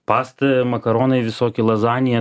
pasta makaronai visokie lazanija